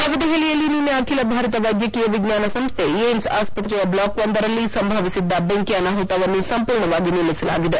ನವದೆಹಲಿಯಲ್ಲಿ ನಿನ್ನೆ ಅಖಿಲ ಭಾರತ ವೈದ್ಯಕೀಯ ವಿಜ್ಞಾನ ಸಂಸ್ಥೆ ಏಮ್ಸ್ ಆಸ್ತತ್ರೆಯ ಬ್ಲಾಕ್ವೊಂದರಲ್ಲಿ ಸಂಭವಿಸಿದ್ದ ಬೆಂಕಿ ಅನಾಹುತವನ್ನು ಸಂಪೂರ್ಣವಾಗಿ ನಿಲ್ಲಿಸಲಾಗಿದೆ